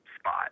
Spot